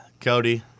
Cody